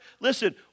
Listen